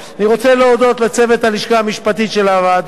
אני רוצה להודות לצוות הלשכה המשפטית של הוועדה,